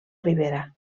rivera